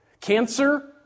Cancer